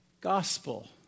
gospel